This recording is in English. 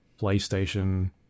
PlayStation